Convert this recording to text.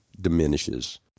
diminishes